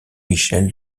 michel